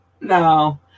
No